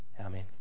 Amen